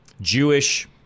Jewish